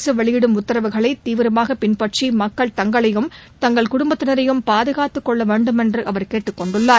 அரசுகள் வெளியிடும் உத்தரவுகளைதீவிரமாகபின்பற்றிமக்கள் தங்களையும் தங்கள் குடும்பத்தினரையும் பாதுகாத்துக் கொள்ளவேண்டுமென்றுஅவர் கேட்டுக் கொண்டுள்ளார்